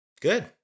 Good